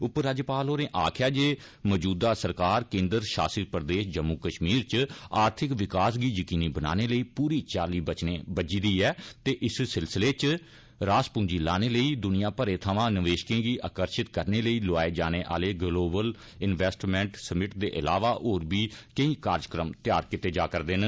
उपराज्यपाल होरें आक्खेआ जे मजूदा सरकार केंद्र षासत प्रदेष जम्मू कष्मीर च आर्थिक विकास गी यकीनी बनाने लेई पूरी चाली बचने बज्झी दी ऐ ते इस सिलसिले च रासपूंजी लाने लेई दुनिया भरै थमां निवेषकें गी आकर्शित करने लेई लोआए जाने आले ग्लोबल इन्वेस्टमेंट सम्मिट दे इलावा होर बी केंई कार्यक्रम तैयार कीते जा'रदे न